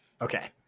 Okay